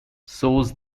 shows